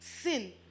Sin